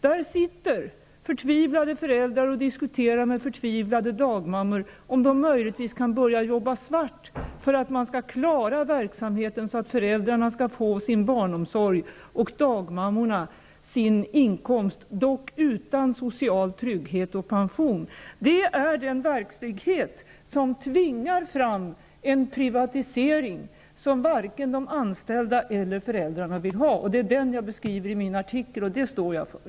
Där sitter förtvivlade föräldrar och diskuterar med förtvivlade dagmammor om dessa möjligtvis kan börja jobba svart så att man kan klara verk samheten och så att föräldrarna kan få sin barn omsorg och dagmammorna sin inkomst -- dock utan social trygghet och pension. Det är den verk lighet som tvingar fram en privatisering som var ken de anställda eller föräldrarna vill ha. Det är denna verklighet jag beskriver i min artikel, och det står jag för.